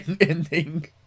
ending